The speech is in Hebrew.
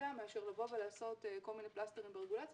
כבדה מאשר לבוא ולעשות כל מיני פלסטרים ברגולציה,